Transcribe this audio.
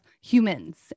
humans